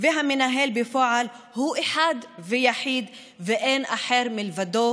והמנהל בפועל הוא אחד ויחיד ואין אחר מלבדו,